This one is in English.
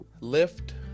lift